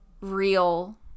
real